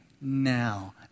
now